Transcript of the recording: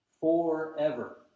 forever